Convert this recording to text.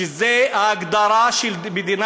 שזו ההגדרה של מדינה